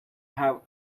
have